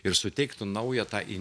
ir suteiktų naują tą